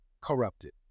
corrupted